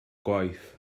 gwaith